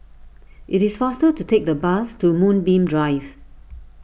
it is faster to take the bus to Moonbeam Drive